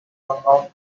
unknown